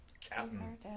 captain